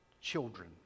children